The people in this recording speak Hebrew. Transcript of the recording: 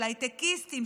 של הייטקיסטים,